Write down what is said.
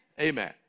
Amen